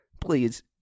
Please